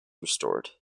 restored